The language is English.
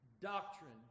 doctrine